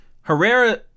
Herrera